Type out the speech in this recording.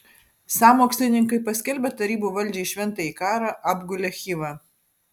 sąmokslininkai paskelbę tarybų valdžiai šventąjį karą apgulė chivą